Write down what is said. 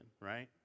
right